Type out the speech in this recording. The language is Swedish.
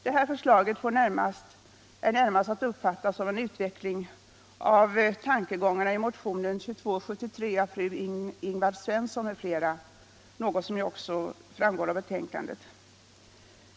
Det här förslaget är närmast att uppfatta som en utveckling av tankegångarna i motionen 2273 av fru Ingvar-Svensson m.fl. — något som också framgår av betänkandet.